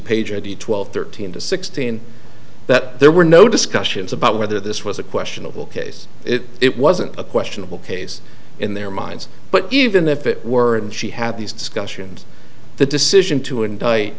the twelve thirteen to sixteen that there were no discussions about whether this was a questionable case it wasn't a questionable case in their minds but even if it weren't she had these discussions the decision to indict